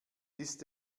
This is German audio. ist